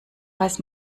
weiß